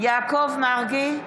יעקב מרגי,